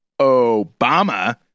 Obama